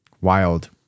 wild